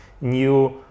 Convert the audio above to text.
new